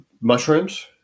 mushrooms